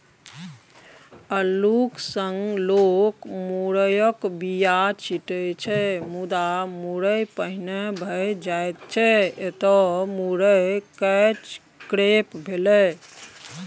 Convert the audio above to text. अल्लुक संग लोक मुरयक बीया छीटै छै मुदा मुरय पहिने भए जाइ छै एतय मुरय कैच क्रॉप भेलै